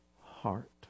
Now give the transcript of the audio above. heart